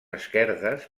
esquerdes